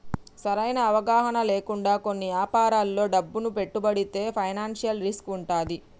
సరైన అవగాహన లేకుండా కొన్ని యాపారాల్లో డబ్బును పెట్టుబడితే ఫైనాన్షియల్ రిస్క్ వుంటది